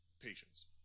patience